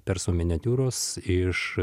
persų miniatiūros iš